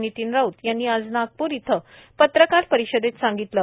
नितीन राऊत यांनी आज नागपूर येथे पत्रकार परिषदेत सांगितले